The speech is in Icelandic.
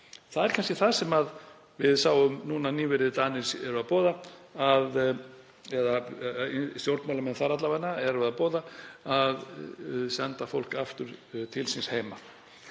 Það er kannski það sem við sáum núna nýverið að Danir eru að boða, eða stjórnmálamenn þar alla vega, að senda fólk aftur til síns heima.